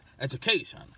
education